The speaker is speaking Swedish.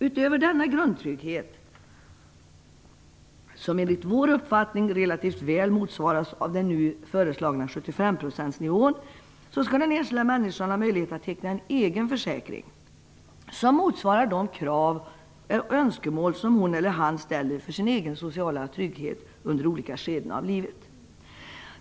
Utöver denna grundtrygghet - som enligt vår uppfattning relativt väl motsvaras av den nu föreslagna 75 procentsnivån - skall den enskilda människan ha möjlighet att teckna en egen försäkring som motsvarar de krav och önskemål som hon eller han ställer för sin egen sociala trygghet under olika skeden i livet.